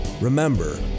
Remember